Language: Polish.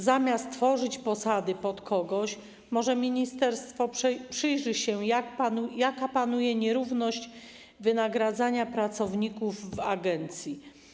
Zamiast tworzyć posady pod kogoś, może ministerstwo przyjrzy się temu, jaka panuje nierówność wynagradzania pracowników w agencji.